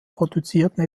produzierten